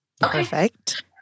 Perfect